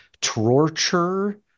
torture